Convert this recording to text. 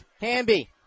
Hamby